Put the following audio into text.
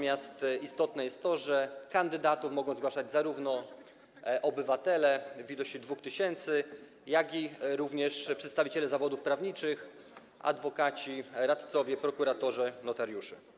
Istotne jest to, że kandydatów mogą zgłaszać zarówno obywatele, w liczbie 2 tys., jak i przedstawiciele zawodów prawniczych - adwokaci, radcowie, prokuratorzy, notariusze.